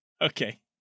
Okay